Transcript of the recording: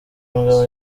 mugabo